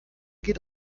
geht